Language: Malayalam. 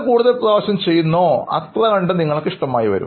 കൂടുതൽ പ്രാവശ്യം ചെയ്യുന്നുവോ അത്രകണ്ട് നിങ്ങൾക്ക് ഇഷ്ടമായി വരും